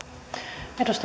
arvoisa